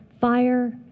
Fire